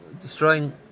destroying